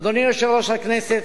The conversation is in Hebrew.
אדוני יושב-ראש הכנסת,